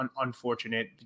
unfortunate